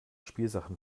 spielsachen